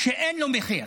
שאין לו מחיר,